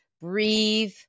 breathe